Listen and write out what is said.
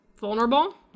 vulnerable